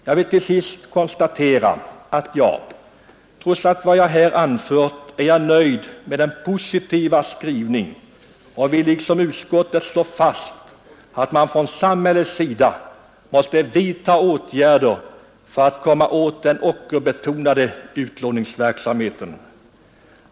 Jag vill till sist framhålla att jag trots vad jag här anfört är nöjd med den positiva skrivningen och vill liksom utskottet slå fast att samhället måste vidta åtgärder för att komma åt den ockerbetonade utlåningsverksamheten.